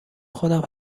خودم